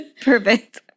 Perfect